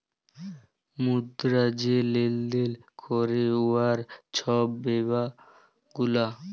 মুদ্রা যে লেলদেল ক্যরে উয়ার ছব সেবা গুলা